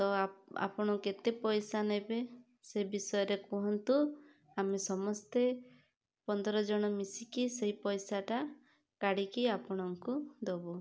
ତ ଆପଣ କେତେ ପଇସା ନେବେ ସେ ବିଷୟରେ କୁହନ୍ତୁ ଆମେ ସମସ୍ତେ ପନ୍ଦର ଜଣ ମିଶିକି ସେଇ ପଇସାଟା କାଢ଼ିକି ଆପଣଙ୍କୁ ଦେବୁ